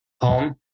home